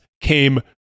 came